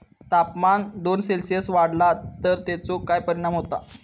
तापमान दोन सेल्सिअस वाढला तर तेचो काय परिणाम होता?